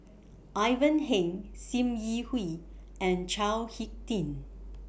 Ivan Heng SIM Yi Hui and Chao Hick Tin